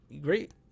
great